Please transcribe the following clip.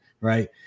Right